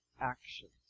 actions